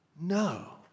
no